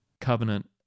covenant